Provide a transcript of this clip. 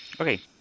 Okay